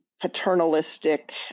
paternalistic